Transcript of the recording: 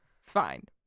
Fine